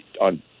on